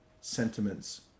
sentiments